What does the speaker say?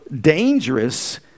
dangerous